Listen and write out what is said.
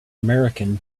american